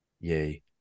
Yay